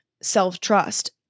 self-trust